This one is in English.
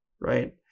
right